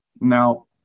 Now